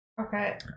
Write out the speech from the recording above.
Okay